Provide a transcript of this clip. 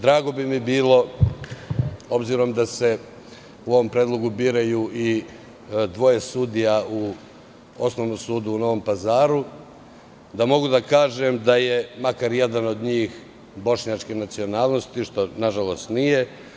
Drago bi mi bilo, obzirom da se u ovom predlogu biraju i dvoje sudija u Osnovnom sudu u Novom Pazaru, da mogu da kažem da je makar jedan od njih bošnjačke nacionalnosti, što nažalost nije.